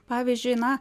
pavyzdžiui na